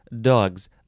dogs